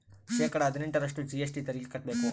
ಶೇಕಡಾ ಹದಿನೆಂಟರಷ್ಟು ಜಿ.ಎಸ್.ಟಿ ತೆರಿಗೆ ಕಟ್ಟ್ಬೇಕು